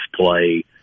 play